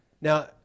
Now